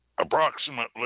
Approximately